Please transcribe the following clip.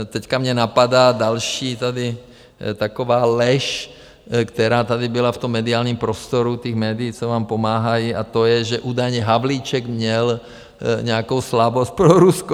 Teď mě napadá další taková lež, která tady byla v tom mediálním prostoru těch médií, co vám pomáhají, a to je, že údajně Havlíček měl nějakou slabost pro Rusko.